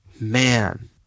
Man